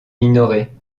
minoret